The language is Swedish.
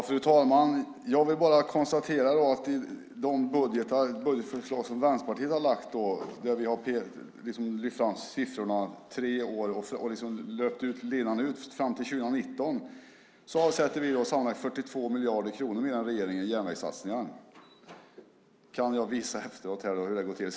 Fru talman! Jag vill bara konstatera att i de budgetförslag som Vänsterpartiet har lagt fram, där vi har lyft fram siffrorna tre år och löpt linan ut fram till 2019, avsätter vi sammanlagt 42 miljarder kronor mer än regeringen i järnvägssatsningar. Jag kan visa efteråt hur det går till.